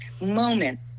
moment